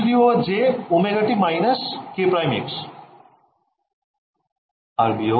ছাত্রছাত্রীঃ আর বিয়োগ